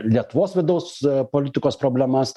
lietuvos vidaus politikos problemas